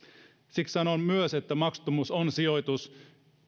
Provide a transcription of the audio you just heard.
siksi sanon myös että maksuttomuus on sijoitus